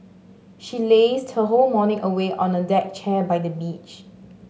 she lazed her whole morning away on a deck chair by the beach